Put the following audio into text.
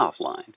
offline